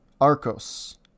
Arcos